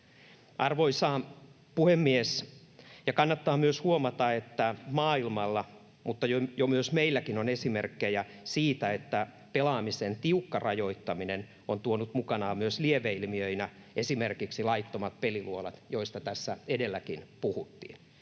Arvoisa puhemies! Kannattaa myös huomata, että maailmalla mutta jo meilläkin on esimerkkejä siitä, että pelaamisen tiukka rajoittaminen on tuonut mukanaan myös lieveilmiöinä esimerkiksi laittomat peliluolat, joista tässä edelläkin puhuttiin.